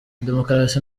demukarasi